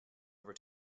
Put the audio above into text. over